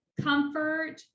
comfort